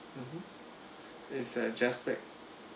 mmhmm it's uh just black